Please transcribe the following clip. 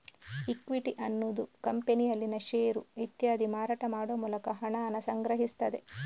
equity ಅನ್ನುದು ಕಂಪನಿಯಲ್ಲಿನ share ಇತ್ಯಾದಿ ಮಾರಾಟ ಮಾಡುವ ಮೂಲಕ ಹಣಾನ ಸಂಗ್ರಹಿಸ್ತದೆ